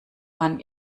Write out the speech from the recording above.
man